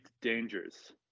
dangers